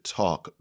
talk